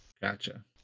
Gotcha